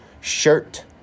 shirt